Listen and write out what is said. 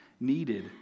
needed